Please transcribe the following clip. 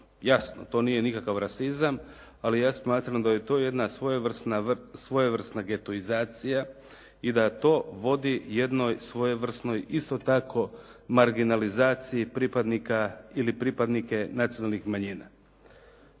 Jasno, to nije nikakav rasizam, ali ja smatram da je to jedna svojevrsna getoizacija i da to vodi jednoj svojevrsno isto tako marginalizacija pripadnika ili pripadnike nacionalnih manjina.